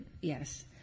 Yes